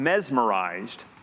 mesmerized